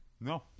No